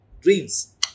dreams